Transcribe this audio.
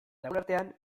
lagunartean